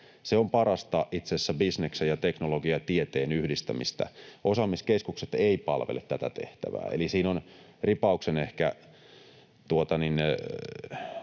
Se on parasta, itse asiassa, bisneksen ja teknologian ja tieteen yhdistämistä. Osaamiskeskukset eivät palvele tätä tehtävää, eli siinä on ripauksen ehkä